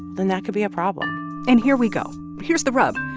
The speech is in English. then that could be a problem and here we go. here's the rub.